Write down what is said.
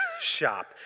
shop